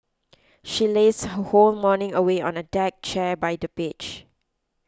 she lazed her whole morning away on a deck chair by the beach